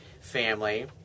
family